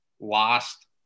lost